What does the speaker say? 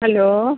hello